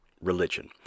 religion